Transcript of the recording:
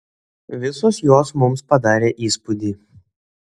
visos jos mums padarė įspūdį